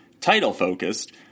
title-focused